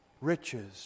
riches